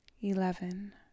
eleven